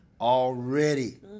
already